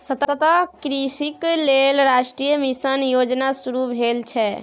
सतत कृषिक लेल राष्ट्रीय मिशन योजना शुरू भेल छै